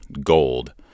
gold